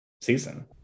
season